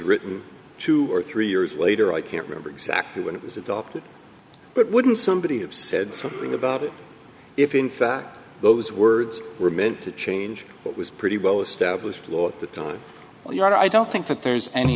written two or three years later i can't remember exactly when it was adopted but wouldn't somebody have said something about it if in fact those words were meant to change but was pretty well established law at the time the i don't think that there's any